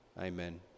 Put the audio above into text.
Amen